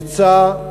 אמיצה,